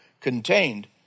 contained